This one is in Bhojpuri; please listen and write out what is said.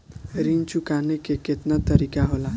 ऋण चुकाने के केतना तरीका होला?